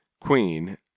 queen